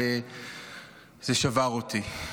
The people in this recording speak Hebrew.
זה שבר אותי.